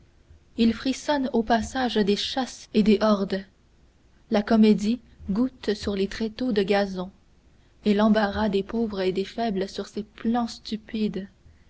il frissonne au passage des chasses et des hordes la comédie goutte sur les tréteaux de gazon et l'embarras des pauvres et des faibles sur ces plans stupides